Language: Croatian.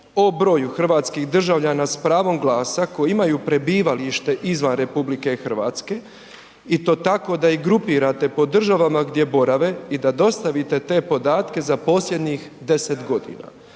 o broju hrvatskih državljana s pravom glasa koji imaju prebivalište izvan RH i to tako da ih grupirate po državama gdje borave i da dostavite te podatke za posljednjih 10 godina.